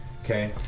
Okay